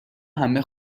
همه